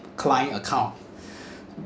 client account